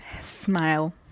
smile